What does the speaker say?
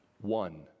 One